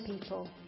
people